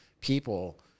people